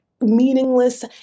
meaningless